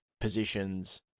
positions